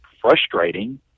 frustrating